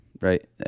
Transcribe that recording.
right